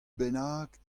bennak